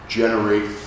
generate